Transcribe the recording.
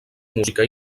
música